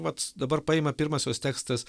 vat dabar paima pirmas jos tekstas